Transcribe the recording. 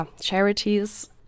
charities